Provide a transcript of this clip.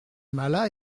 mala